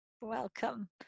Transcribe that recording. Welcome